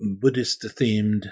Buddhist-themed